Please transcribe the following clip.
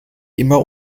immer